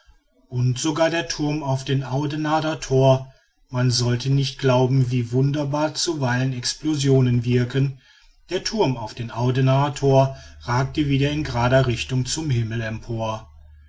und sogar der thurm auf dem audenarder thor man sollte nicht glauben wie wunderbar zuweilen explosionen wirken der thurm auf dem audenarder thor ragte wieder in gerader richtung zum himmel empor